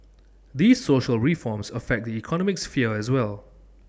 these social reforms affect the economic sphere as well